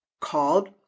called